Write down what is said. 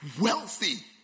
wealthy